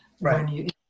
Right